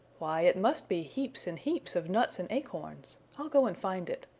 why, it must be heaps and heaps of nuts and acorns! i'll go and find it.